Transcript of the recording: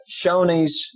Shoney's